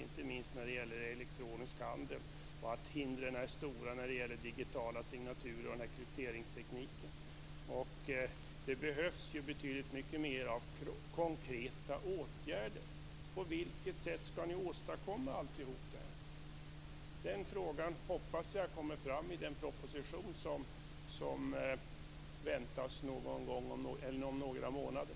Det handlar inte minst om den elektroniska handeln. Hindren är stora när det gäller digitala signaturer och krypteringstekniken. Det behövs betydligt mer konkreta åtgärder. På vilket sätt skall ni åstadkomma allt detta? Den frågan hoppas jag att jag får svar på i den proposition som väntas om några månader.